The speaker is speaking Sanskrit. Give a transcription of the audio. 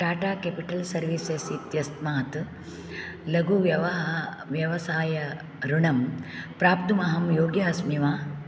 टाटा केपिटल् सर्विसेस् इत्यस्मात् लघुव्यहा व्यवसाय ऋणं प्राप्तुमहं योग्यः अस्मि वा